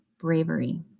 Bravery